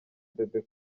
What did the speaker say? bebe